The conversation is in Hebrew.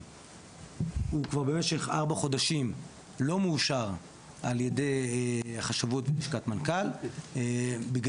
הוא כבר במשך ארבעה חודשים לא מאושר על ידי החשבות בלשכת מנכ"ל בגלל,